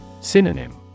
Synonym